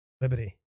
liberty